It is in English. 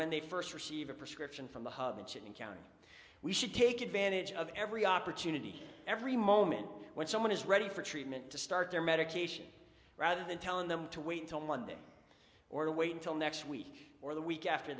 when they first receive a prescription from the hudson county we should take advantage of every opportunity every moment when someone is ready for treatment to start their medication rather than telling them to wait until monday or wait until next week or the week after